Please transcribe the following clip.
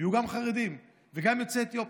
יהיו גם חרדים וגם יוצאי אתיופיה.